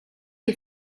des